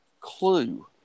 clue